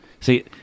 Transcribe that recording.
See